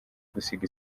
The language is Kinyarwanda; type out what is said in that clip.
gusiga